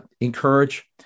encourage